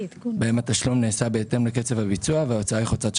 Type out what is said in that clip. בהן התשלום נעשה בהתאם לקצב הביצוע וההוצאה היא חוצת שנה.